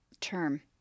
term